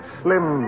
slim